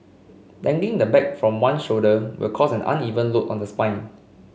dangling the bag from one shoulder will cause an uneven load on the spine